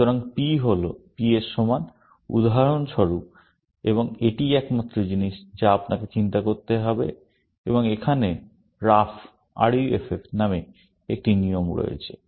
সুতরাং P হল P এর সমান উদাহরণস্বরূপ এবং এটিই একমাত্র জিনিস যা আপনাকে চিন্তা করতে হবে এবং এখানে রাফ নামে একটি নিয়ম রয়েছে